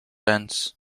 ends